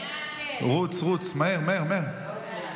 רוץ, רוץ, מהר, מהר.